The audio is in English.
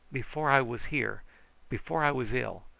before i was here before i was ill!